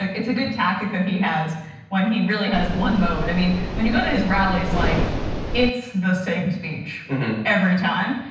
like it's a good tactic that he has when he really has one mode. i mean, when you go to his rallies, like it's the same speech every time.